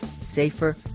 safer